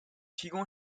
提供